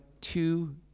two